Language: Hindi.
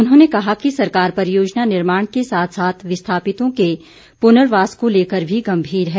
उन्होंने कहा कि सरकार परियोजना निर्माण के साथ साथ विस्थापितों के पुनर्वास को लेकर भी गम्भीर है